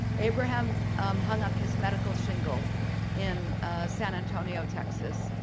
abraham hung up his medical shingle in san antonio, texas.